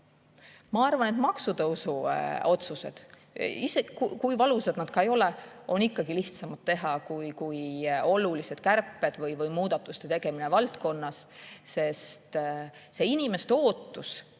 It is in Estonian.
Ma arvan, et maksutõusuotsused, kui valusad nad ka ei ole, on ikkagi lihtsamad teha kui olulised kärped või muudatuste tegemine valdkonnas. Sest inimeste ootus